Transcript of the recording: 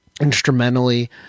instrumentally